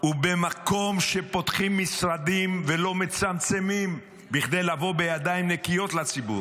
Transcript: ובמקום שבו פותחים משרדים ולא מצמצמים בכדי לבוא בידיים נקיות לציבור,